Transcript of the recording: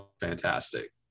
fantastic